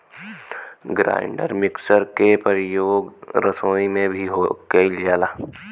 grinder mixer के परियोग रसोई में भी कइल जाला